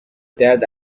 درد